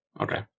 Okay